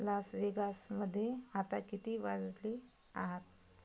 लास वेगासमध्ये आता किती वाजले आहात